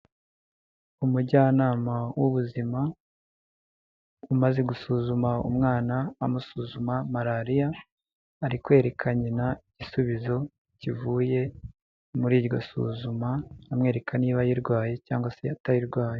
Umujyanama w'ubuzima umaze gusuzuma umwana, amusuzuma malariya ari kwereka nyina igisubizo kivuye muri iryo suzuma, amwereka niba ayirwaye cyangwa se atayirwaye.